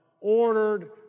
ordered